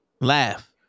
laugh